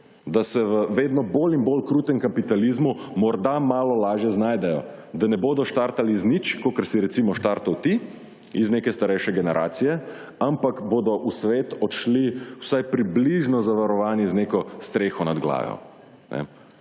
da se v vedno bolj in bolj krutem kapitalizmu morda malo lažje znajdejo, da ne bodo štartali iz nič, kakor si recimo štartal ti, iz neke starejše generacije, ampak bodo v svet odšli vsaj približno zavarovani z neko streho nad glavo.